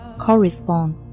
Correspond